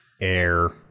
Air